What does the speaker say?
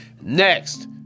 Next